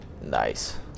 Nice